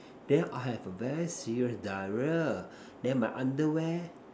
then I have a very serious diarrhea then my underwear